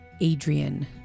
Adrian